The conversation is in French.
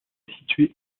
situé